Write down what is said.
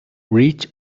rich